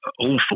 awful